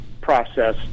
process